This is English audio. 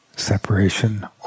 separation